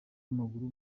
w’amaguru